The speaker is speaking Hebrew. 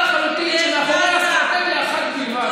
שאת מתנגדת למטרו באזור גוש דן ומטרופולין,